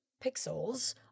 pixels